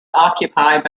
occupied